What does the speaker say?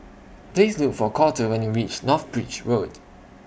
Please Look For Colter when YOU REACH North Bridge Road